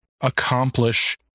accomplish